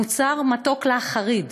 המוצר מתוק להחריד.